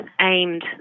aimed